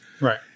Right